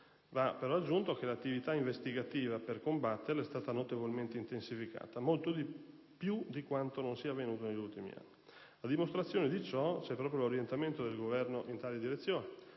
Va però aggiunto che l'attività investigativa per combatterla è stata notevolmente intensificata, molto più di quanto non sia avvenuto negli ultimi anni. A dimostrazione di ciò c'è proprio l'orientamento del Governo in tale direzione,